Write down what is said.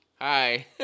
Hi